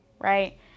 right